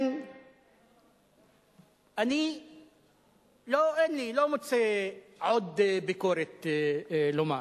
אני לא מוצא עוד ביקורת לומר.